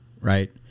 Right